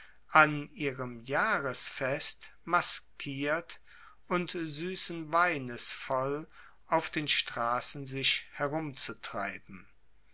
an ihrem jahresfest maskiert und suessen weines voll auf den strassen sich herumzutreiben